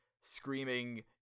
screaming